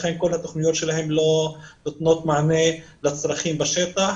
לכן כל התכניות שלו לא נותנות מענה לצרכים בשטח.